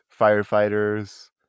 firefighters